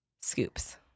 scoops